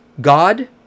God